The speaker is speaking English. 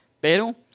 Pero